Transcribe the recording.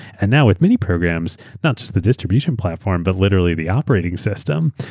and now with mini programs, not just the distribution platform, but literally the operating system.